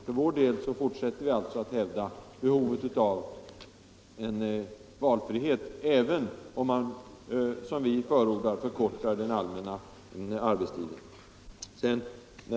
För vår del fortsätter vi att hävda behovet av valfrihet, även om man, som vi förordar, förkortar den allmänna arbetstiden.